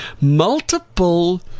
multiple